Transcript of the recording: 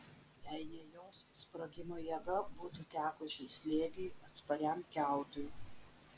jei ne jos sprogimo jėga būtų tekusi slėgiui atspariam kiautui